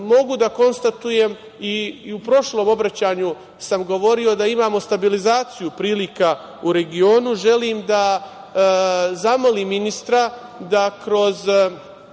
mogu da konstatujem i u prošlom obraćanju sam govorio, da imamo stabilizaciju prilika u regionu. Želim da zamolim ministra da kroz